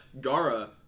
Gara